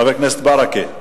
חבר הכנסת ברכה?